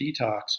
Detox